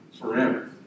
forever